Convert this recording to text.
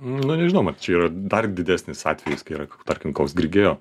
na žinoma čia yra dar didesnis atvejis kai yra tarkim koks grigeo